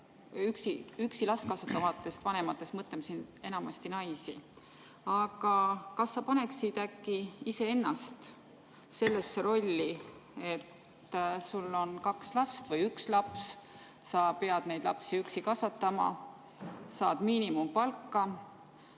üksi last kasvatavatest vanematest, siis me mõtleme enamasti naisi. Aga kas sa paneksid äkki iseennast sellesse rolli? Sul on kaks last või üks laps ja sa pead üksi lapsi kasvatama, saad miinimumpalka